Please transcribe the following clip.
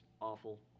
awful